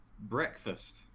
breakfast